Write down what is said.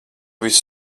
visu